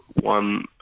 one